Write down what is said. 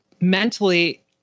mentally